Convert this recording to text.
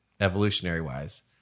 evolutionary-wise